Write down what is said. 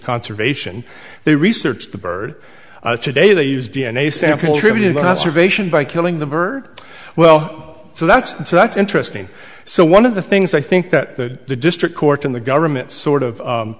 conservation they research the bird today they use d n a samples to the masturbation by killing the bird well so that's so that's interesting so one of the things i think that the district court in the government sort of